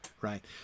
right